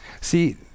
See